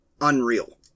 unreal